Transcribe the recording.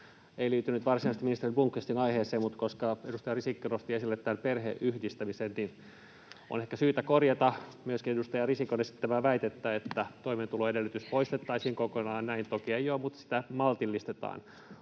ei liity nyt varsinaisesti ministeri Blomqvistin aiheeseen, mutta koska edustaja Risikko nosti esille tämän perheenyhdistämisen, niin on ehkä syytä myöskin korjata edustaja Risikon esittämää väitettä, että toimeentuloedellytys poistettaisiin kokonaan. Näin toki ei ole, vaan sitä maltillistetaan.